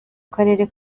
karere